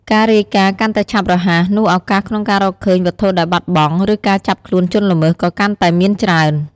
ការរាយការណ៍កាន់តែឆាប់រហ័ស នោះឱកាសក្នុងការរកឃើញវត្ថុដែលបាត់បង់ ឬការចាប់ខ្លួនជនល្មើស ក៏កាន់តែមានច្រើន។